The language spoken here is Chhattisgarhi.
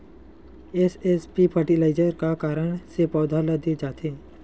एस.एस.पी फर्टिलाइजर का कारण से पौधा ल दे जाथे?